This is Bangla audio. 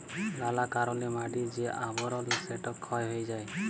লালা কারলে মাটির যে আবরল সেট ক্ষয় হঁয়ে যায়